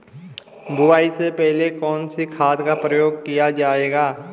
बुआई से पहले कौन से खाद का प्रयोग किया जायेगा?